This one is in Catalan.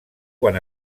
quan